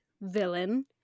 villain